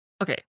okay